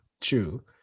True